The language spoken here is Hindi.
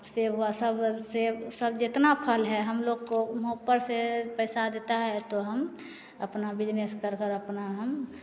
सेब हुआ सब सेब सब जितना फल है हम लोग को ऊपर से पैसा देता है तो हम अपना बिज़नेस कर कर अपना हम